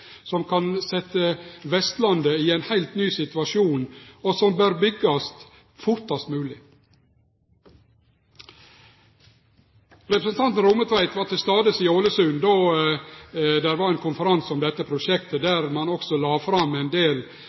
som kan setje Vestlandet i ein heilt ny situasjon, og som bør byggjast fortast mogleg. Representanten Rommetveit var til stades i Ålesund då det var ein konferanse om dette prosjektet, der ein også la fram ein del